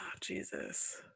Jesus